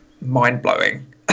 mind-blowing